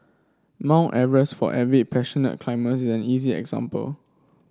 Mount Everest for avid passionate an easy example